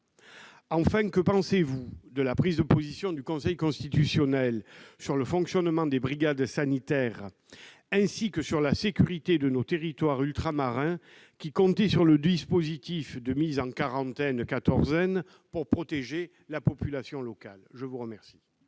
Enfin, que pensez-vous des prises de position du Conseil constitutionnel sur le fonctionnement des brigades sanitaires et sur la sécurité de nos territoires ultramarins, qui comptaient sur le dispositif de mise en quatorzaine pour protéger la population locale ? La parole